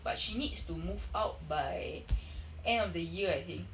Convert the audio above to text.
but she needs to move out by end of the year I think